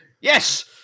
Yes